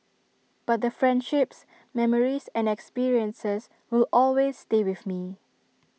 but the friendships memories and experiences will always stay with me